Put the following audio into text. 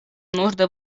нужды